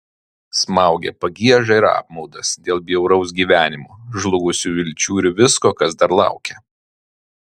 smaugė pagieža ir apmaudas dėl bjauraus gyvenimo žlugusių vilčių ir visko kas dar laukia